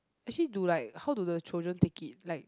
actually do like how do the children take it like